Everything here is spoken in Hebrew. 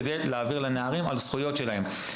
כדי להעביר מידע לנערים על הזכויות שלהם.